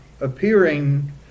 appearing